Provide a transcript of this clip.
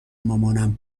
مامانم